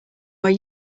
way